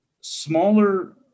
smaller